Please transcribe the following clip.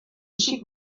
xic